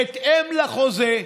בהתאם לחוזה,